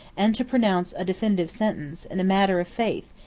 and to pronounce a definitive sentence, in a matter of faith,